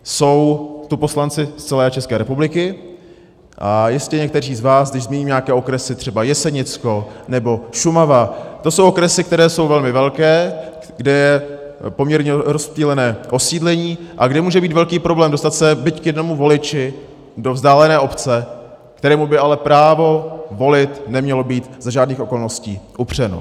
Jsou tu poslanci z celé České republiky a jistě někteří z vás, když zmíním nějaké okresy, třeba Jesenicko nebo Šumava, to jsou okresy, které jsou velmi velké, kde je poměrně rozptýlené osídlení a kde může být velký problém dostat se byť k jednomu voliči do vzdálené obce, kterému by ale právo volit nemělo být za žádných okolností upřeno.